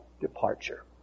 departure